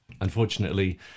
Unfortunately